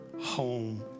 home